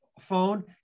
phone